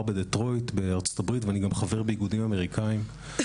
בדטרויט ארצות הברית ואני גם חבר באיגודים אמריקאים.